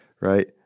right